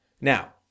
now